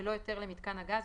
בלא היתר למיתקן הגז,